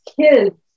kids